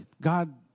God